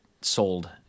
sold